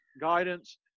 guidance